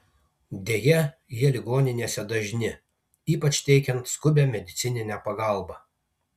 deja jie ligoninėse dažni ypač teikiant skubią medicininę pagalbą